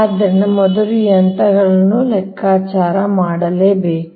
ಆದ್ದರಿಂದ ಮೊದಲು ನೀವು ಈ ಅಂತರಗಳನ್ನು ಲೆಕ್ಕ ಹಾಕಬೇಕು